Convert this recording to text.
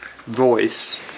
voice